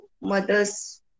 mother's